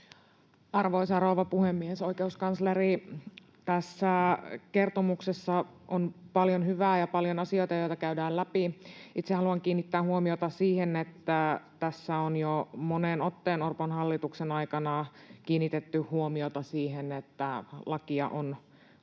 Arvoisa rouva puhemies! Oikeuskansleri, tässä kertomuksessa on paljon hyvää ja paljon asioita, joita käydään läpi. Itse haluan kiinnittää huomiota siihen, että tässä on jo moneen otteeseen Orpon hallituksen aikana kiinnitetty huomiota siihen, että lakia on valmisteltu